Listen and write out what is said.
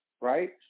right